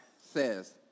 says